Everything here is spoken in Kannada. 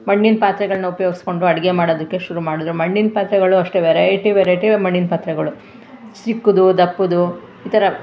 ಮಣ್ಣಿನ ಪಾತ್ರೆಗಳನ್ನ ಉಪಯೋಗ್ಸ್ಕೊಂಡು ಅಡುಗೆ ಮಾಡೋದಕ್ಕೆ ಶುರು ಮಾಡಿದ್ರು ಮಣ್ಣಿನ ಪಾತ್ರೆಗಳು ಅಷ್ಟೆ ವೆರೈಟಿ ವೆರೈಟಿ ಮಣ್ಣಿನ ಪಾತ್ರೆಗಳು ಚಿಕ್ಕದು ದಪ್ಪದ್ದು ಈ ಥರ